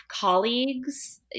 colleagues